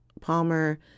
Palmer